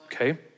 okay